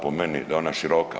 Po meni da je ona široka.